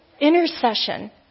Intercession